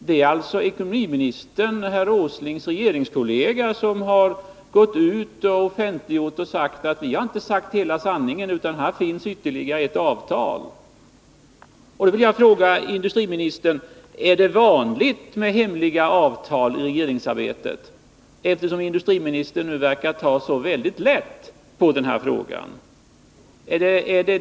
Det är alltså ekonomiministern, herr Åslings regeringskollega, som har gått ut och förklarat att man inte har sagt hela sanningen utan att det finns ytterligare ett avtal. Då vill jag fråga industriministern om det är vanligt med hemliga avtal i regeringsarbetet, eftersom industriministern nu verkar ta så lätt på den här frågan.